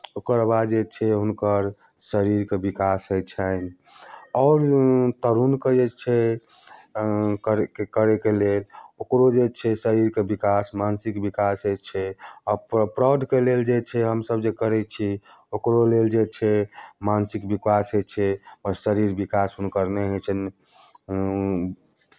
ओकर बाद जे छै हुनकर शरीरके विकास होइ छनि आओर तरुणके जे छै करैके करैके लेल ओकरो जे छै शरीरके विकास मानसिक विकास होइ छै आओर प्रौ प्रौढ़के लेल जे छै हमसभ जे करै छी ओकरो लेल जे छै मानसिक विकास होइ छै आओर शरीर विकास हुनकर नहि होइ छनि